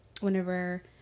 whenever